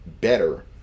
better